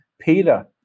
Peter